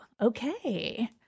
okay